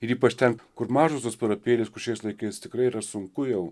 ir ypač ten kur mažosios parapijėlės kur šiais laikais tikrai yra sunku jau